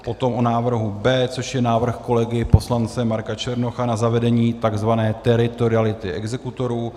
Potom o návrhu B, což je návrh kolegy poslance Marka Černocha na zavedení tzv. teritoriality exekutorů.